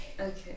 Okay